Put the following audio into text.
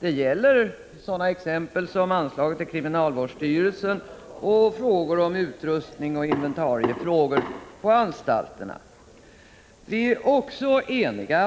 Det gäller t.ex. anslaget till kriminalvårdsstyrelsen och frågor om utrustning och inventarier på anstalterna. Vi är också eniga